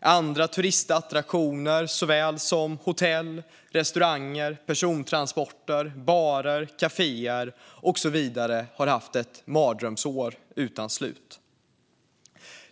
Andra turistattraktioner såväl som hotell, restauranger, persontransporter, barer, kaféer och så vidare har haft ett mardrömsår utan slut.